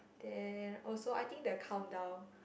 then also I think the countdown